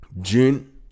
June